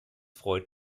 freut